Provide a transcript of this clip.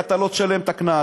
אתה לא תשלם את הקנס.